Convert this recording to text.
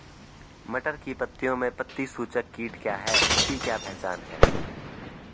मटर की पत्तियों में पत्ती चूसक कीट क्या है इसकी क्या पहचान है?